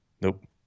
Nope